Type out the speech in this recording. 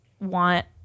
want